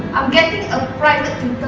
i'm getting a private